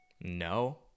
no